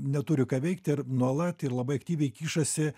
neturi ką veikti ir nuolat ir labai aktyviai kišasi